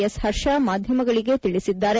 S Harsha ಮಾಧ್ಯಮಗಳಿಗೆ ತಿಳಿಸಿದ್ದಾರೆ